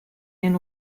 den